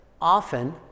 often